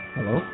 Hello